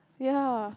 ya